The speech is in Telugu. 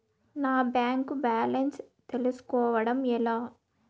నా బ్యాంకు బ్యాలెన్స్ తెలుస్కోవడం ఎలా?